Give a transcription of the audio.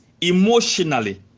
emotionally